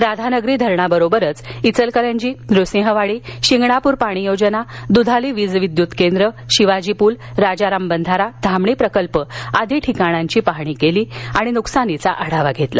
राघानगरी धरणांबरोबरच इचलकरंजी नृसिंहवाडी शिंगणापूर पाणीयोजना दुधाली वीज विद्युत केंद्र शिवाजी पूल राजाराम बंधारा धामणी प्रकल्प आदी ठिकाणांची पाहणी केली आणि झालेल्या नुकसानीचा आढावा घेतला